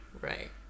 Right